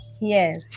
Yes